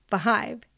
five